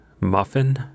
muffin